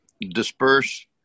disperse